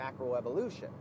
macroevolution